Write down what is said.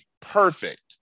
perfect